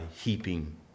heaping